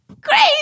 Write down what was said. Crazy